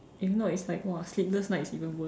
if not it's like !wah! sleepless nights even worse